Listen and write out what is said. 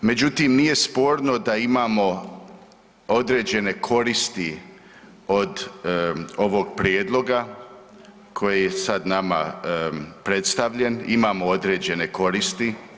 Međutim, nije sporno da imamo određene koristi od ovog prijedloga koji je sad nama predstavljen, imamo određene koristi.